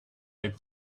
able